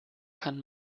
kann